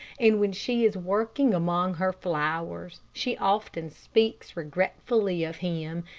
and when she is working among her flowers, she often speaks regretfully of him,